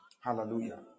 Hallelujah